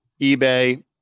eBay